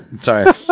Sorry